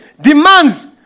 Demands